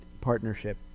partnership